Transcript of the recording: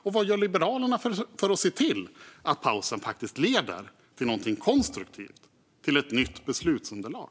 Och vad gör Liberalerna för att se till att pausen faktiskt leder till någonting konstruktivt, till ett nytt beslutsunderlag?